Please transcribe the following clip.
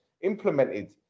implemented